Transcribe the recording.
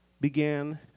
began